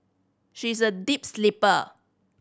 she is a deep sleeper